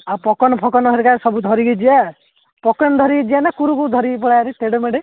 ଆଉ ପପକର୍ଣ୍ଣ୍ ଫକନ ହେରେକା ସବୁ ଧରିକି ଯିବା ପକେନ ଧରିକି ଯିବା ନା କୁରକୁରେ ଧରିକି ପଳେଇବା ତେଡ଼େମେଢ଼େ